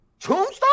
tombstone